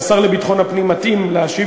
והשר לביטחון הפנים מתאים להשיב,